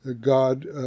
God